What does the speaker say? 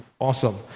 awesome